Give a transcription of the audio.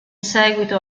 seguito